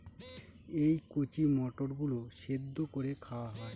এই কচি মটর গুলো সেদ্ধ করে খাওয়া হয়